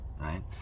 right